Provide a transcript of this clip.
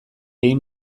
egin